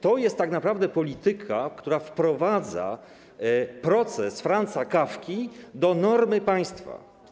To jest tak naprawdę polityka, która wprowadza „Proces” Franza Kafki do normy państwa.